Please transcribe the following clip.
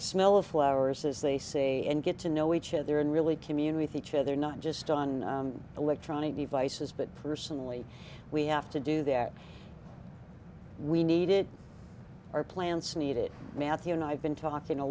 smell of flowers as they say and get to know each other and really commune with each other not just on electronic devices but personally we have to do that we need it our plants need it matthew and i've been talking a